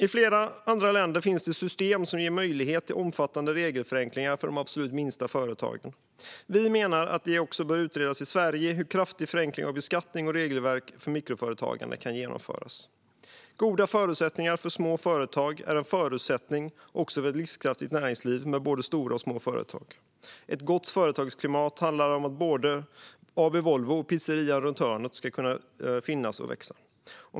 I flera andra länder finns det system som ger möjlighet till omfattande regelförenklingar för de absolut minsta företagen. Vi menar att det bör utredas också i Sverige hur kraftig förenkling av beskattning och regelverk för mikroföretagande kan genomföras. Goda förutsättningar för små företag är en förutsättning för ett livskraftigt näringsliv med både stora och små företag. Ett gott företagsklimat handlar om att både AB Volvo och pizzerian runt hörnet ska kunna finnas och växa.